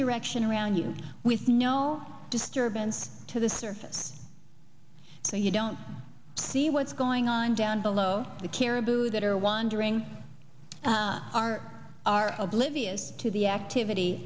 direction around you with no disturbance to the surface so you don't see what's going on down below the caribou that are wandering are are oblivious to the activity